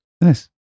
Nice